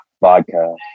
vodka